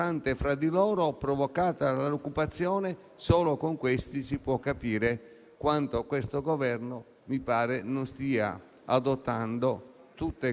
le energie necessarie per riportare l'occupazione al centro della propria attenzione.